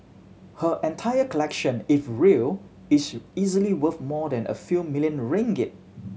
her entire collection if real is easily worth more than a few million ringgit